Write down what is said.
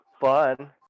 fun